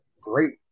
great